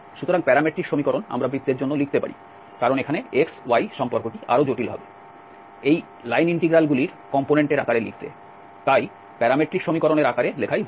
সুতরাং প্যারামেট্রিক সমীকরণ আমরা বৃত্তের জন্য লিখতে পারি কারণ এখানে x y সম্পর্কটি আরও জটিল হবে এই লাইন ইন্টিগ্রাল গুলির কম্পোনেন্টের আকারে লিখতে তাই প্যারামেট্রিক সমীকরণের আকারে লেখাই ভাল